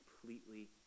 Completely